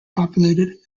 populated